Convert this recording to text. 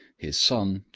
his son,